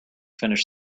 finish